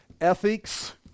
ethics